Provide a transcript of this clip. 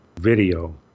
video